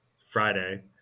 Friday